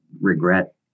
regret